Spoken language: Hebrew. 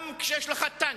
גם כשיש לך טנק,